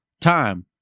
time